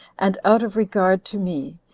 and, out of regard to me,